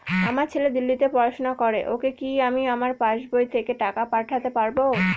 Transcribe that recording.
আমার ছেলে দিল্লীতে পড়াশোনা করে ওকে কি আমি আমার পাসবই থেকে টাকা পাঠাতে পারব?